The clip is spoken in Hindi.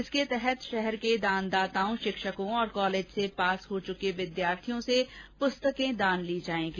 इसके तहत शहर के दानदाताओं शिक्षकों और कॉलेज से पास हो चुके विद्यार्थियों से पुस्तकें दान ली जाएगी